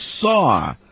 saw